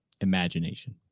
imagination